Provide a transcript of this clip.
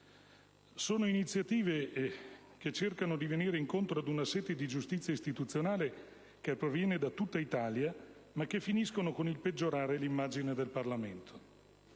Sono iniziative che cercano di venire incontro ad una sete di giustizia istituzionale che proviene da tutta Italia, ma che finiscono con il peggiorare l'immagine del Parlamento.